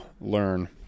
learn